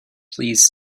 please